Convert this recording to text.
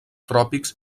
tròpics